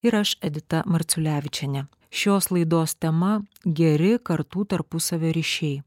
ir aš edita marciulevičienė šios laidos tema geri kartų tarpusavio ryšiai